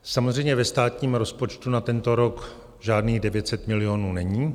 Samozřejmě, ve státním rozpočtu na tento rok žádných 900 milionů není.